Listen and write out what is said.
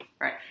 Right